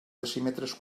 decímetres